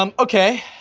um okay,